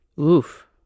Oof